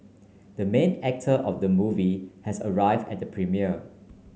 the main actor of the movie has arrive at the premiere